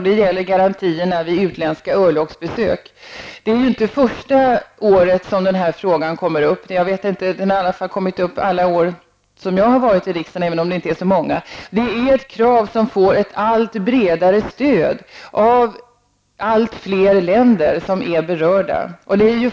Det gäller garantierna vid utländska örlogsbesök. Detta är ju inte första året som den här frågan kommer upp. Den har kommit upp alla år som jag varit i riksdagen, även om det inte är så många. Det är ett krav som får ett allt bredare stöd från allt fler berörda länder.